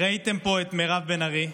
ראיתם פה את מירב בן ארי,